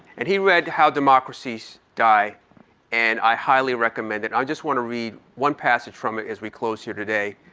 and he read how democracies die and i highly recommend it. i just want to read one passage from it as we close here today.